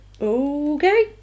okay